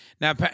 Now